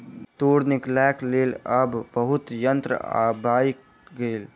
तूर निकालैक लेल आब बहुत यंत्र आइब गेल